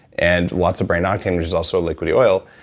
and lots of brain octane, which is also liquid oil.